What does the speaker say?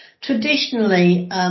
Traditionally